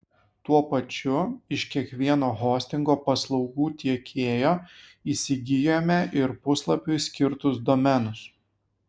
tuo pačiu iš kiekvieno hostingo paslaugų tiekėjo įsigijome ir puslapiui skirtus domenus